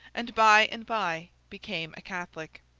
and by-and-by became a catholic.